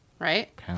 Right